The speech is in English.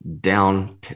down